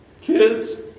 kids